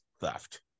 theft